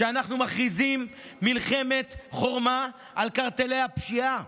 שאנחנו מכריזים מלחמת חורמה על קרטלי הפשיעה,